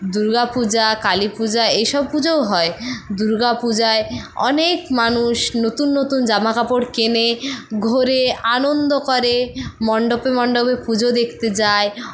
দুর্গাপূজা কালীপূজা এসব পুজোও হয় দুর্গাপূজায় অনেক মানুষ নতুন নতুন জামাকাপড় কেনে ঘোরে আনন্দ করে মণ্ডপে মণ্ডপে পুজো দেখতে যায়